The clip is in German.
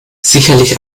sicherlich